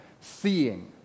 seeing